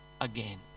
again